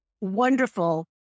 wonderful